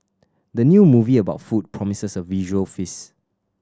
the new movie about food promises a visual feast